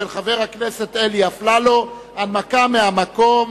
של חבר הכנסת אלי אפללו, הנמקה מהמקום,